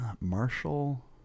Marshall